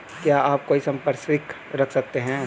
क्या आप कोई संपार्श्विक रख सकते हैं?